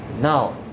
Now